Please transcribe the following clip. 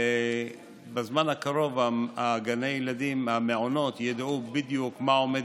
בזמן הקרוב גני הילדים והמעונות ידעו בדיוק מה עומד